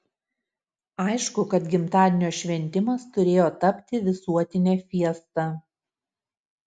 aišku kad gimtadienio šventimas turėjo tapti visuotine fiesta